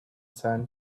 sand